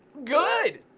good,